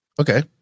Okay